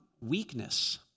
weakness